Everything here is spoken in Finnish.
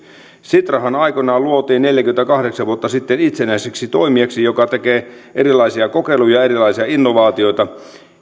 sitrahan luotiin aikoinaan neljäkymmentäkahdeksan vuotta sitten itsenäiseksi toimijaksi joka tekee erilaisia kokeiluja ja erilaisia innovaatioita